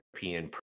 European